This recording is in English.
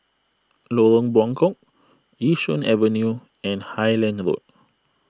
Lorong Buangkok Yishun Avenue and Highland Road